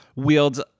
wields